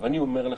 אבל אני אומר לך,